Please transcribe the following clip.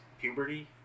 puberty